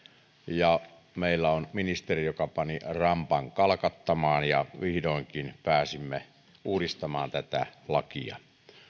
ja meillä on ministeri joka pani rampan kalkattamaan ja vihdoinkin pääsimme uudistamaan tätä lakia